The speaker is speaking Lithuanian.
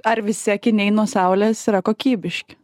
ar visi akiniai nuo saulės yra kokybiški